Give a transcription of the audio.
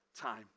time